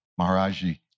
Maharaji